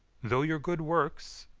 though your good works,